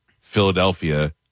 Philadelphia